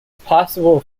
possible